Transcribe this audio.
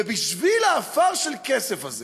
ובשביל העפר של כסף הזה